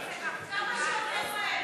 לפרוטוקול,